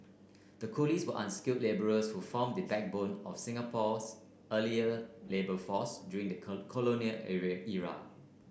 the coolies were unskilled labourers who formed the backbone of Singapore's earlier labour force during the colonial area era